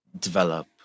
develop